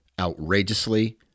outrageously